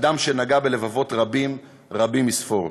אדם שנגע בלבבות רבים, רבים מספור.